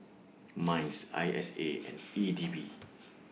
Minds I S A and E D B